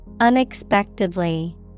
Unexpectedly